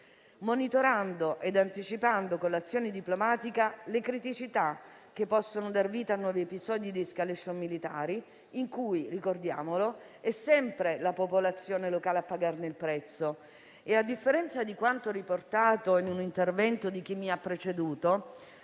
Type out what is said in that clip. monitorando e anticipando con l'azione diplomatica le criticità che possono dar vita a nuovi episodi di *escalation* militari in cui - ricordiamolo - è sempre la popolazione locale a pagare il prezzo. A differenza di quanto riportato in un intervento di chi mi ha preceduto,